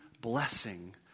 blessing